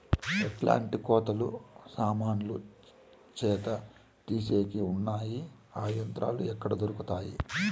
ఎట్లాంటి కోతలు సామాన్లు చెత్త తీసేకి వున్నాయి? ఆ యంత్రాలు ఎక్కడ దొరుకుతాయి?